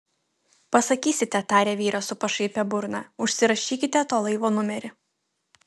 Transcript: pasakysite tarė vyras su pašaipia burna užsirašykite to laivo numerį